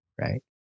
right